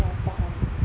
ya faham